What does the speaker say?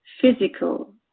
physical